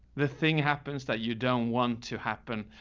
the thing happens that you don't want to happen.